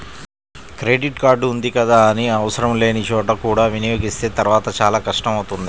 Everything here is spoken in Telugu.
క్రెడిట్ కార్డు ఉంది కదా అని ఆవసరం లేని చోట కూడా వినియోగిస్తే తర్వాత చాలా కష్టం అవుతుంది